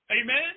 Amen